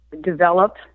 develop